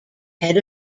head